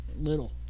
little